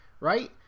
right